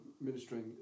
ministering